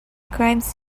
crimes